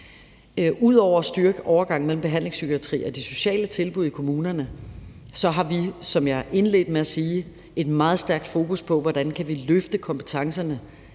Ud over at styrke overgangen mellem behandlingspsykiatri og de sociale tilbud i kommunerne har vi, som jeg indledte med at sige, et meget stærkt fokus på, hvordan vi kan løfte kompetencerne